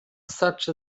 such